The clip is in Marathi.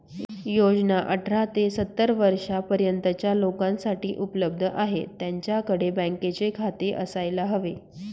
योजना अठरा ते सत्तर वर्षा पर्यंतच्या लोकांसाठी उपलब्ध आहे, त्यांच्याकडे बँकेचे खाते असायला हवे